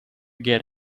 get